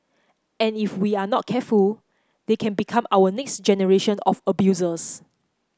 and if we are not careful they can become our next generation of abusers